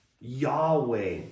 Yahweh